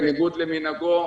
בניגוד למנהגו,